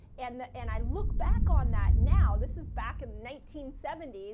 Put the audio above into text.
and the, and i look back on that. now this is back in the nineteen seventy s.